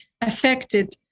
affected